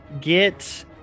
Get